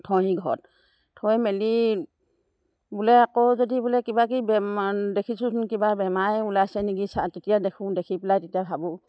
থওঁহি ঘৰত থৈ মেলি বোলে আকৌ যদি বোলে কিবাাকিবি দেখিছোঁচোন কিবা বেমাৰেই ওলাইছে নেকি চা তেতিয়া দেখোঁ দেখি পেলাই তেতিয়া ভাবোঁ